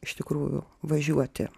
iš tikrųjų važiuoti